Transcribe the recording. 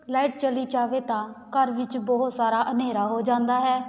light ਚਲੀ ਜਾਵੇ ਤਾਂ ਘਰ ਵਿੱਚ ਬਹੁਤ ਸਾਰਾ ਹਨੇਰਾ ਹੋ ਜਾਂਦਾ ਹੈ